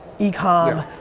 ecom,